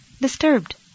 disturbed